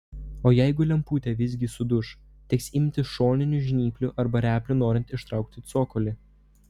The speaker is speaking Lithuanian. o jeigu lemputė visgi suduš teks imtis šoninių žnyplių arba replių norint ištraukti cokolį